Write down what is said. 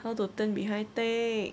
how to turn behind take